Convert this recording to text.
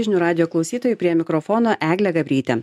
žinių radijo klausytojai prie mikrofono eglė gabrytė